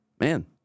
Man